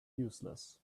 useless